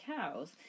cows